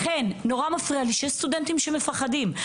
נורא מפריע לי שיש סטודנטים שמפחדים,